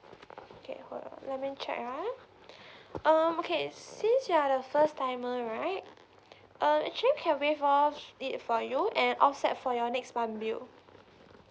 okay hold on let me check ah um okay since you are the first timer right um actually we can waive off it for you and offset for your next month bill